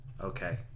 Okay